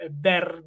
Verde